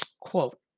Quote